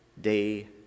day